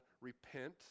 repent